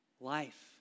life